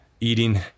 eating